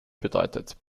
bedeutet